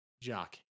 Jock